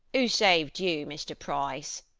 who saved you, mr. price?